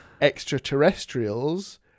extraterrestrials